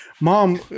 mom